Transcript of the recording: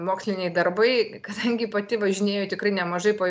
moksliniai darbai kadangi pati važinėju tikrai nemažai po